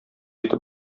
итеп